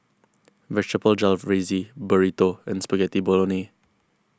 Vegetable Jalfrezi Burrito and Spaghetti Bolognese